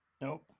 Nope